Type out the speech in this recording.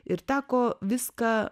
ir teko viską